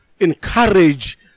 encourage